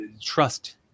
trust